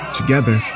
Together